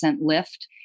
lift